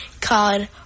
called